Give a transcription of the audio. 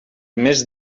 més